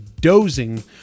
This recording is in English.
dozing